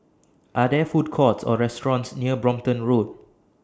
Are There Food Courts Or restaurants near Brompton Road